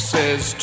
Says